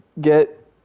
get